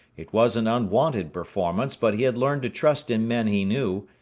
it was an unwonted performance but he had learned to trust in men he knew,